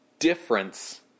difference